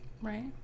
right